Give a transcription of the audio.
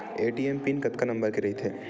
ATM PIN कतका number के रही थे?